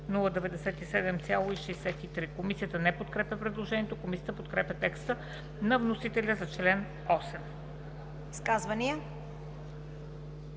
097,63“.“ Комисията не подкрепя предложението. Комисията подкрепя текста на вносителя за чл. 8. ПРЕДСЕДАТЕЛ